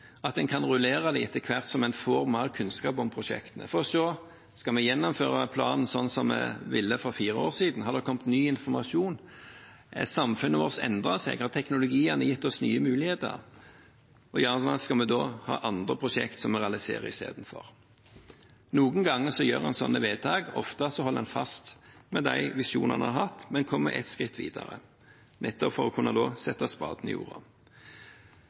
er en god tanke – etter hvert som man får mer kunnskap om prosjektene, kan se: Skal vi gjennomføre planen sånn som vi ville for fire år siden? Har det kommet ny informasjon? Har samfunnet vårt endret seg? Har teknologien gitt oss nye muligheter, og skal vi da realisere andre prosjekter istedenfor? Noen ganger gjør man sånne vedtak. Ofte holder man fast ved de visjonene man har hatt, men kommer et skritt videre, nettopp for å kunne sette spaden i jorda.